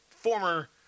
former